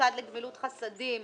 חסדים,